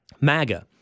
MAGA